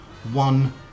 one